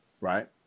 right